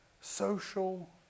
social